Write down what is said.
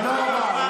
כמובן,